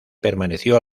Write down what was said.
permaneció